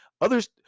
Others